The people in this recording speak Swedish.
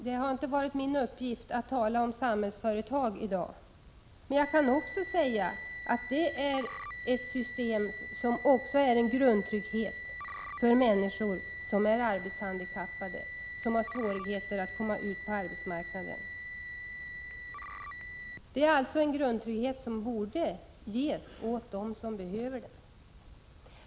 Det har inte varit min uppgift att tala om Samhällsföretag, men jag kan säga att också det är ett system som innebär grundtrygghet för människor som är arbetshandikappade och har svårigheter att komma ut på arbetsmarknaden. Den borde ges åt dem som behöver den.